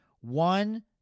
One